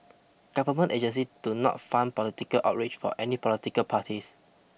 government agency do not fund political outreach for any political parties